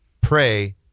pray